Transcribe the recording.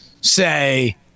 say